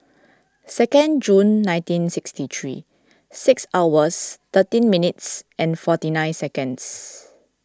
second June nineteen sixty three six hours thirteen minutes and forty nine seconds